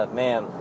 man